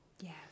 Yes